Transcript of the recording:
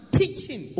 teaching